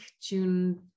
June